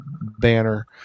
banner